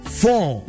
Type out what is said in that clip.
four